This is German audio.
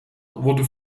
wurde